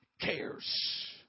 cares